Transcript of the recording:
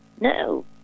no